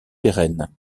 pérennes